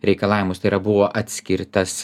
reikalavimus tai yra buvo atskirtas